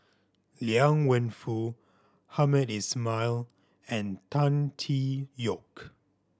Liang Wenfu Hamed Ismail and Tan Tee Yoke